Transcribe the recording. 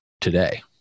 today